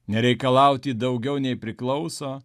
nereikalauti daugiau nei priklauso